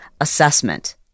assessment